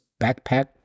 backpack